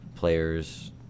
players